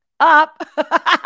Up